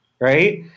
right